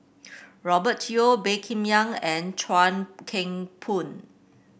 Robert Yeo Baey Yam Keng and Chuan Keng Boon